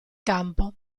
campo